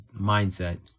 mindset